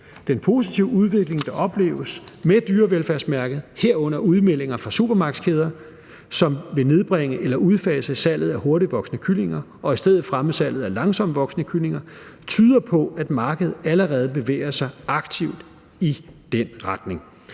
Den positive udvikling, der opleves med dyrevelfærdsmærket, herunder udmeldinger fra supermarkedskæder, som vil nedbringe eller udfase salget af hurtigtvoksende kyllinger og i stedet fremme salget af langsomtvoksende kyllinger, tyder på, at markedet allerede bevæger sig aktivt i den retning.